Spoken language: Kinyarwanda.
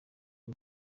bwo